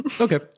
Okay